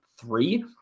three